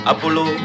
Apollo